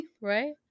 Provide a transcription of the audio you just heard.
Right